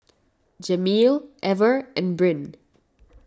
Jameel Ever and Brynn